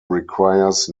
requires